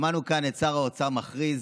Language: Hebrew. שמענו כאן את שר האוצר מכריז: